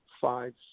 five